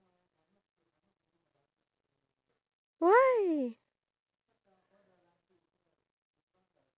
oh ya so for the first day we wake up at eight and then we get ready until eight thirty then we go down for breakfast